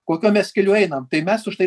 kokio mes keliu einam tai mes užtai